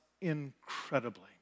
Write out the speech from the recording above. incredibly